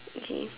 okay